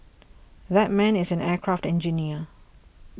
that man is an aircraft engineer